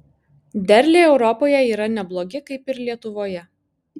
derliai europoje yra neblogi kaip ir lietuvoje